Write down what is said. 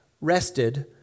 rested